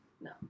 No